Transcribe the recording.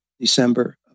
December